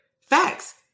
facts